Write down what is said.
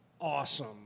awesome